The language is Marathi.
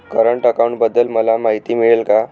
करंट अकाउंटबद्दल मला माहिती मिळेल का?